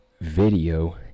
video